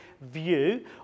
view